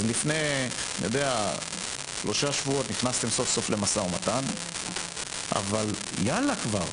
אז לפני שלושה שבועות נכנסתם סוף סוף למשא ומתן אבל קדימה,